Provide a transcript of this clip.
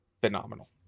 phenomenal